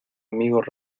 amigos